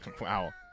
Wow